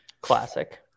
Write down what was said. Classic